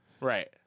Right